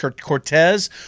Cortez